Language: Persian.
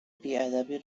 بیادبی